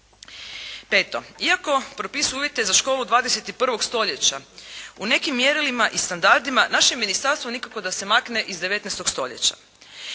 iako propisuju uvijete za školu 21. stoljeća, u nekim mjerilima i standardima naše ministarstvo nikako da se makne iz 19. stoljeća.